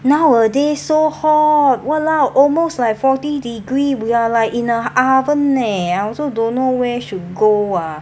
nowadays so hot !walao! almost like forty degree we are like in a oven leh I also don't know where should go ah